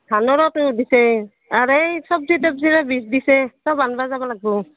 ধানৰটো দিছে আৰু এই চব্জি তব্জিৰো বীজ দিছে চব আনবা যাবা লাগব